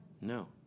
No